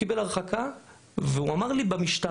הוא קיבל הרחקה והוא אמר לי במשטרה,